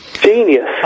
Genius